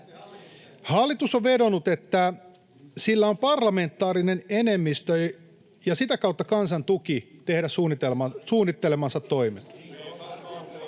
Hallitus on vedonnut, että sillä on parlamentaarinen enemmistö ja sitä kautta kansan tuki tehdä suunnittelemansa toimet.